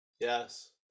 Yes